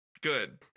Good